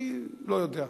אני לא יודע.